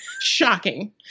Shocking